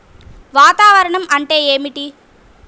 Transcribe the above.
వాతావరణం అంటే ఏమిటి?